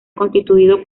constituido